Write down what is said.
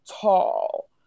tall